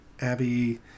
abby